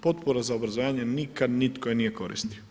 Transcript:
Potpora za obrazovanje nikad nitko je nije koristio.